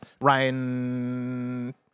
Ryan